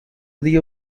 دیگه